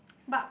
but